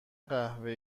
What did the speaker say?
قهوه